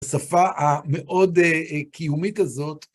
בשפה המאוד קיומית הזאת.